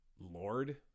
Lord